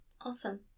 Awesome